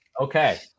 Okay